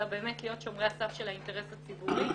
אלא באמת להיות שומרי הסף של האינטרס הציבורי,